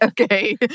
Okay